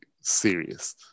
serious